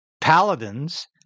paladins